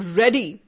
ready